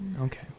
Okay